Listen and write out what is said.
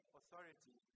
authority